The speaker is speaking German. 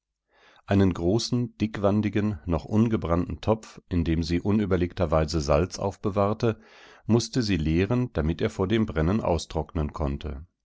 einen großen dickwandigen noch ungebrannten topf in dem sie unüberlegterweise salz aufbewahrte mußte sie leeren damit er vor dem brennen austrocknen konnte